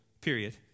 period